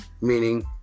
meaning